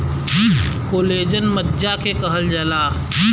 collagen मज्जा के कहल जाला